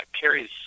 Carrie's